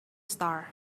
star